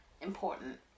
Important